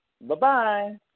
Bye-bye